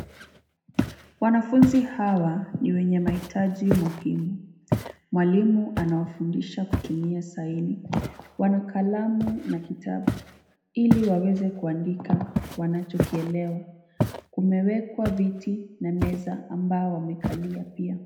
Wanafunzi hawa ni wenye mahitaji muhimu, mwalimu anawafundisha kutumia saini, wana kalamu na kitabu ili waweze kuandika wanachkielewa. Kumewekwa viti na meza ambao wamekalia pia.